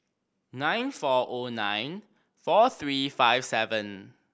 nine four o nine four three five seven